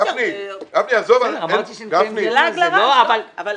זה לעג לרש.